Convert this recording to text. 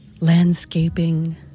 landscaping